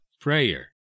prayer